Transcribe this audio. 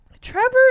Trevor